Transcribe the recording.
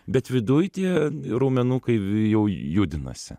bet viduj tie raumenukai jau judinasi